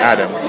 Adam